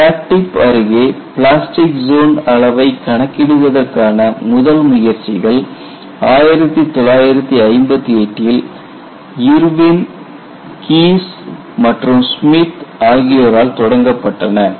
crack tip அருகே plastic zone அளவை கணக்கிடுவதற்கான முதல் முயற்சிகள் 1958 ல் இர்வின் கீஸ் மற்றும் Smith Irwin Kies and Smith ஆகியோரால் தொடங்கப்பட்டன